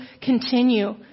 continue